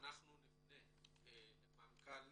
אנחנו נפנה למנכ"ל